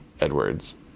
edwards